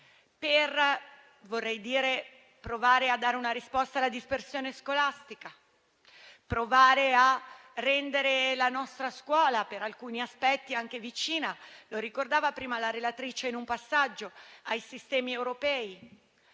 per provare a dare una risposta alla dispersione scolastica; provare a rendere la nostra scuola, per alcuni aspetti, anche vicina - come ricordava prima la relatrice in un passaggio - ai sistemi europei;